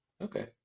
Okay